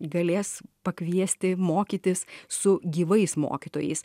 galės pakviesti mokytis su gyvais mokytojais